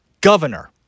Governor